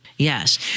yes